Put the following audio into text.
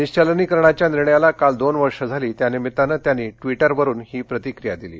निश्चलनीकरणाच्या निर्णयाला काल दोन वर्ष झाली त्या निमित्तानं त्यांनी ट्वीटरवरून ही प्रतिक्रीया दिली